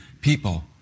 people